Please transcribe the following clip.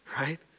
right